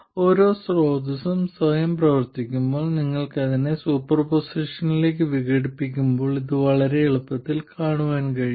ഓരോ സ്രോതസ്സും സ്വയം പ്രവർത്തിക്കുമ്പോൾ നിങ്ങൾ അതിനെ സൂപ്പർപോസിഷനിലേക്ക് വിഘടിപ്പിക്കുമ്പോൾ ഇത് വളരെ എളുപ്പത്തിൽ കാണാൻ കഴിയും